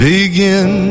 Begin